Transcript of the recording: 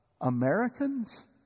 Americans